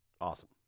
awesome